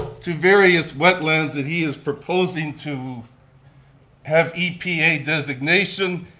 to various wetlands that he is proposing to have epa designation.